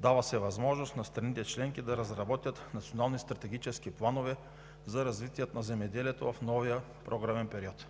дава се възможност на страните членки да разработят национални стратегически планове за развитието на земеделието в новия програмен период.